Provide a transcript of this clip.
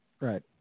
Right